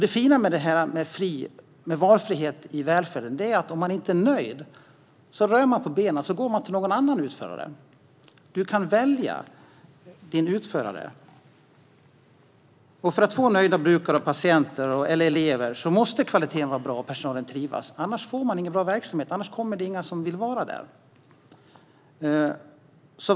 Det fina med valfrihet i välfärden är att om man inte är nöjd så väljer man en annan utförare. För att få nöjda brukare, patienter eller elever måste kvaliteten vara bra och personalen trivas. Annars får man ingen bra verksamhet och ingen vill vara där.